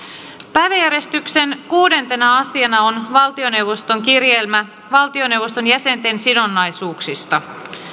päiväjärjestyksen kuudentena asiana on valtioneuvoston kirjelmä valtioneuvoston jäsenten sidonnaisuuksista